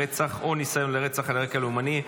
ברצח או ניסיון לרצח על רקע לאומני),